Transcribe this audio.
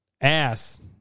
ass